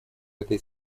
этой